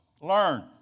Learn